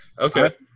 Okay